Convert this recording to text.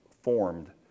formed